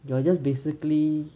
you are just basically